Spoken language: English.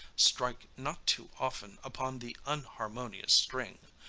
strike not too often upon the unharmonious string.